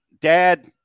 Dad